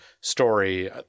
story